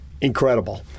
Incredible